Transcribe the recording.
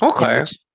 Okay